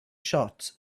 shots